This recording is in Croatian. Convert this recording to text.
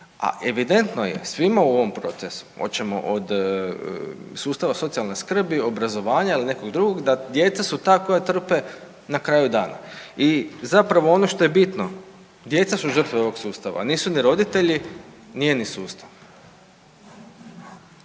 A evidentno je svima u ovom procesu hoćemo od sustava socijalne skrbi, obrazovanja ili nekog drugog da djeca su ta koja trpe na kraju dana. I zapravo ono što je bitno djeca su žrtve ovog sustava, nisu ni roditelji, nije ni sustav.